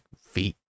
feet